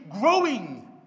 growing